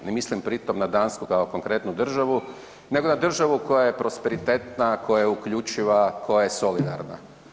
Ne mislim pri tom na Dansku kao konkretnu državu nego na državu koja je prosperitetna, koja je uključiva, koja je solidarna.